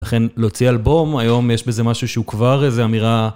לכן, להוציא אלבום, היום יש בזה משהו שהוא כבר איזה אמירה...